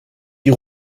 die